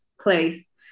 place